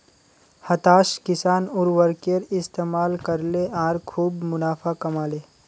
हताश किसान उर्वरकेर इस्तमाल करले आर खूब मुनाफ़ा कमा ले